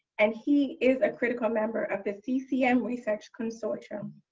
and he is a critical member of the ccm research consortium.